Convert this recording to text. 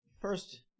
First